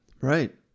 Right